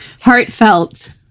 Heartfelt